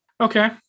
Okay